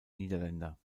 niederländer